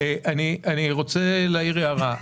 אני רוצה להעיר הערה.